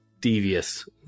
devious